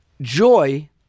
Joy